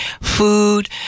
food